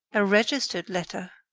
a registered letter.